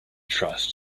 trust